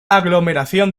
aglomeración